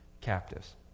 captives